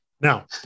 now